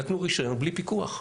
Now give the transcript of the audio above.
נתנו רישיון בלי פיקוח.